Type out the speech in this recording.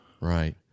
right